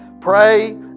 Pray